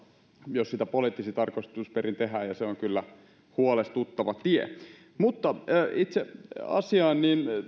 jos sitä poliittisin tarkoitusperin tehdään ja se on kyllä huolestuttava tie mutta itse asiaan